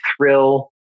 thrill